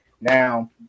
Now